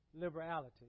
liberality